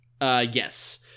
Yes